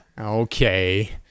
Okay